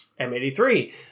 M83